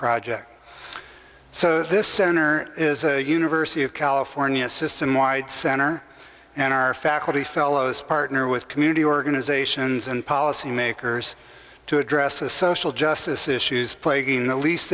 project so this center is a university of california system wide center and our faculty fellows partner with community organizations and policymakers to address the social justice issues plaguing the least